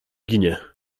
ginie